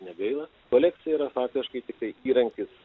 negaila kolekcija yra faktiškai tiktai įrankis